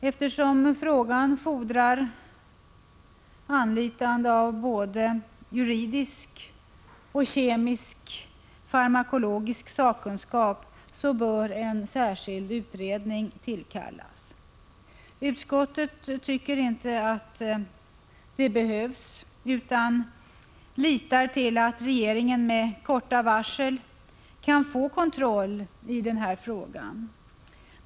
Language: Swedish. Eftersom frågan fordrar anlitande av både juridisk och kemisk-farmakologisk sakkunskap bör en särskild utredning tillsättas. Utskottet tycker inte att det behövs utan litar på att regeringen med korta varsel kan få kontroll över problemet.